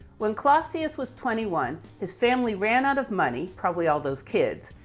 when clausius was twenty one, his family ran out of money, probably all those kids.